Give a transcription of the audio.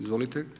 Izvolite.